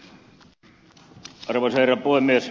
arvoisa herra puhemies